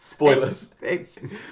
Spoilers